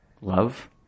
Love